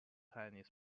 tennis